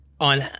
on